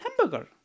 hamburger